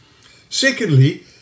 Secondly